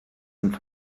sind